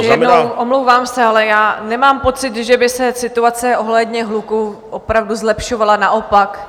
Ještě jednou, omlouvám se, ale nemám pocit, že by se situace ohledně hluku opravdu zlepšovala, naopak.